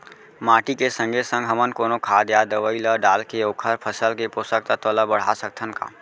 माटी के संगे संग हमन कोनो खाद या दवई ल डालके ओखर फसल के पोषकतत्त्व ल बढ़ा सकथन का?